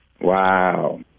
Wow